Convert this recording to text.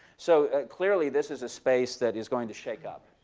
so clearly this is a space that is going to shake up.